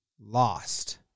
lost